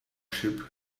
ship